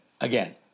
again